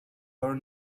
are